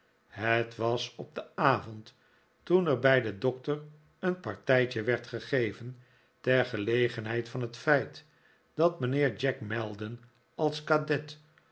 het was op den avond toen er bij den doctor een partijtje werd gegeven ter gelegenheid van het feit dat mijnheer jack maldon als kadet